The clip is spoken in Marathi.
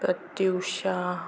प्रत्युशा